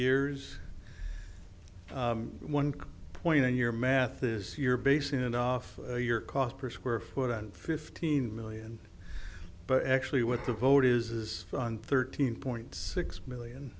years one point on your math is you're basing it off for your cost per square foot and fifteen million but actually what the vote is for on thirteen point six million